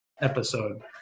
episode